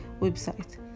website